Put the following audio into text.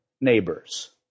neighbors